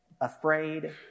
afraid